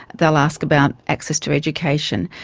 they'll ask about access to education.